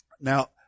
now